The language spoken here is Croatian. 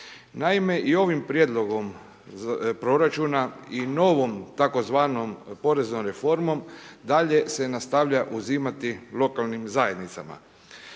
naime i ovim prijedlogom proračuna i novom tzv. poreznom reformom dalje se nastavlja uzimati lokalnim zajednicama.